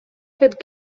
fet